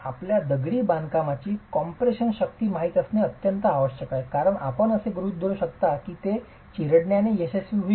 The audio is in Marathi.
आपल्याला दगडी बांधकामाची कॉम्प्रेशन शक्ती माहित असणे आवश्यक आहे कारण आपण असे गृहीत धरू शकता की ते चिरडण्याने अयशस्वी होईल